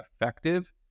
effective